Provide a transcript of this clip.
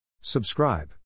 Subscribe